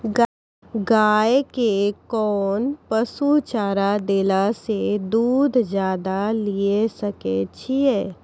गाय के कोंन पसुचारा देला से दूध ज्यादा लिये सकय छियै?